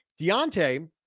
Deontay